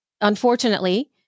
unfortunately